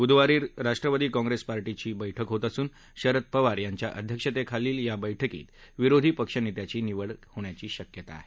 बुधवारी राष्ट्रवादी काँप्रेस पार्टीची बक्रि होत असून शरद पवार यांच्या अध्यक्षतेखालील या बक्रिीत विरोधी पक्षनेत्याची निवड होणार आहे